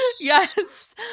Yes